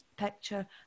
picture